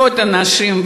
ועוד אנשים,